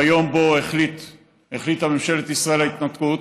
ביום שבו החליטה ממשלת ישראל על ההתנתקות,